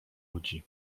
ludzi